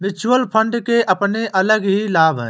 mutual fund के अपने अलग ही लाभ हैं